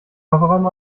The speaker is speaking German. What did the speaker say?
kofferraum